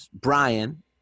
Brian